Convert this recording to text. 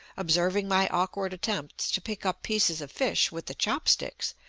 observing my awkward attempts to pick up pieces of fish with the chop-sticks,